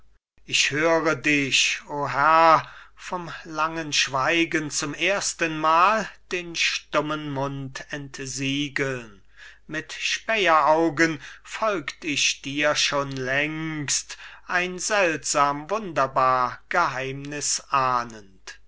ich höre dich o herr vom langen schweigen zum erstenmal den stummen mund entsiegeln mit späheraugen folgt ich dir schon längst ein seltsam wunderbar geheimniß ahnend